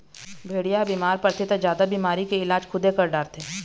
भेड़िया ह बिमार परथे त जादा बिमारी के इलाज खुदे कर डारथे